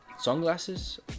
sunglasses